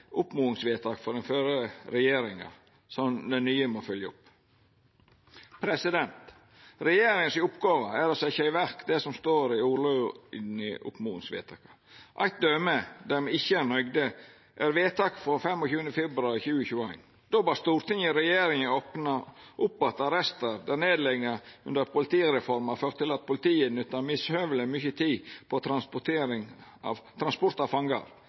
oppmodingsvedtak frå den førre regjeringa som den nye må følgja opp. Regjeringas oppgåve er å setja i verk det som står i ordlyden i oppmodingsvedtaka. Eit døme der me ikkje er nøgde, er vedtaket frå 25. februar 2021. Då bad Stortinget regjeringa «gjenåpne de arrester der nedleggelser under politireformen har ført til at politiet i dag bruker uforholdsmessig mye tid på transport av